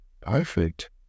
perfect